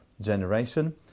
generation